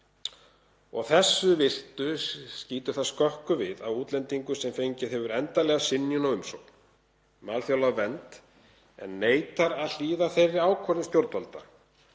Að þessu virtu skýtur það skökku við að útlendingur, sem fengið hefur endanlega synjun á umsókn um alþjóðlega vernd en neitar að hlýða þeirri ákvörðun stjórnvalda